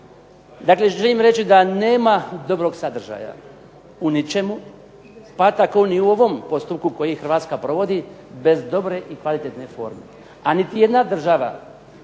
Dakle, želim reći da nema dobrog sadržaja u ničemu pa tako ni u ovom postupku koji Hrvatska provodi, bez dobre i kvalitetne forme.